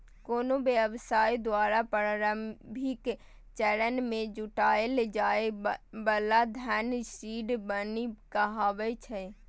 कोनो व्यवसाय द्वारा प्रारंभिक चरण मे जुटायल जाए बला धन सीड मनी कहाबै छै